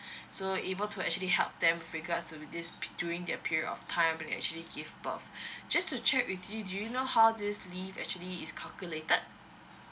so it able to actually help them with regards to this during their period of time when she actually give birth just to check with you do you know how this leave actually is calculated